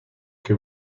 que